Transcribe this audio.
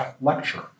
lecture